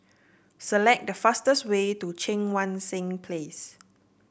select the fastest way to Cheang Wan Seng Place